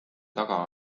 taga